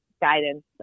guidance